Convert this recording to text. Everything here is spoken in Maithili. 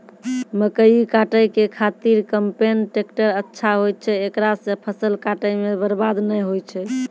मकई काटै के खातिर कम्पेन टेकटर अच्छा होय छै ऐकरा से फसल काटै मे बरवाद नैय होय छै?